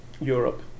Europe